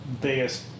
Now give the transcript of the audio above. biggest